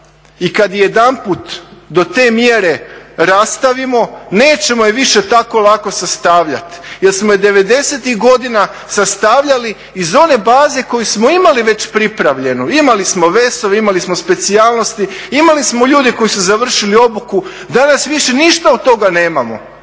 i kada jedanput do te mjere rastavimo nećemo je više tako lako sastavljati jer smo je devedesetih godina sastavljali iz one baze koju smo već imali pripravljenu. Imali smo VES-ove imali smo specijalnosti, imali smo ljude koji su završili obuku, danas više od toga nemamo.